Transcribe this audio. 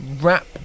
wrap